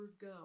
go